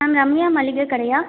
ma'am Ramya மளிகை கடையா